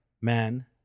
man